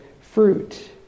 fruit